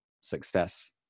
success